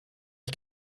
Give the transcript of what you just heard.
ich